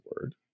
word